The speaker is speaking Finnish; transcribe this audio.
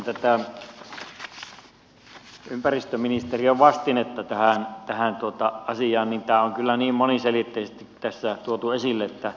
kun katsoo sitten ympäristöministeriön vastinetta tähän asiaan niin tämä on kyllä niin moniselitteisesti tässä tuotu esille että